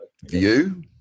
view